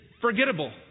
forgettable